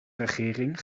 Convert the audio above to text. regering